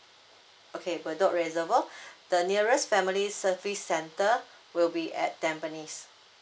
okay bedok reservoir the nearest family service centre will be at tampines